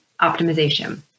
optimization